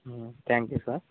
thank you sir